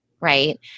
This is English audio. Right